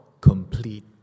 complete